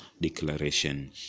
declaration